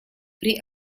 при